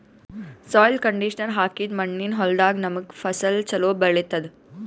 soil conditioner ಹಾಕಿದ್ದ್ ಮಣ್ಣಿನ್ ಹೊಲದಾಗ್ ನಮ್ಗ್ ಫಸಲ್ ಛಲೋ ಬೆಳಿತದ್